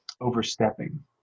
overstepping